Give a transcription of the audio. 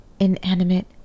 Inanimate